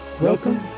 Welcome